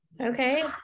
Okay